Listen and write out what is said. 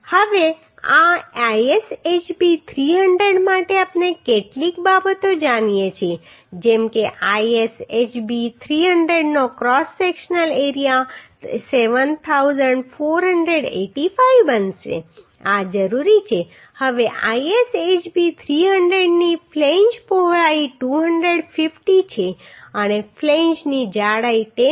હવે આ ISHB 300 માટે આપણે કેટલીક બાબતો જાણીએ છીએ જેમ કે ISHB 300 નો ક્રોસ સેક્શનલ એરિયા 7485 બનશે આ જરૂરી છે હવે ISHB 300 ની ફ્લેંજ પહોળાઈ 250 છે અને ફ્લેંજની જાડાઈ 10